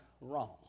wrong